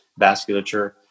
vasculature